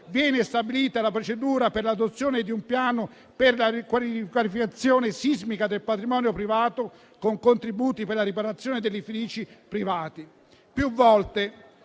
Viene stabilita la procedura per l'adozione di un piano per la riqualificazione sismica del patrimonio privato con contributi per la riparazione degli edifici privati.